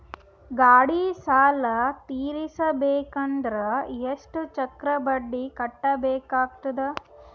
ಗಾಡಿ ಸಾಲ ತಿರಸಬೇಕಂದರ ಎಷ್ಟ ಚಕ್ರ ಬಡ್ಡಿ ಕಟ್ಟಬೇಕಾಗತದ?